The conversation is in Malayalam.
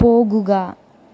പോകുക